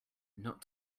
not